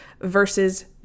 versus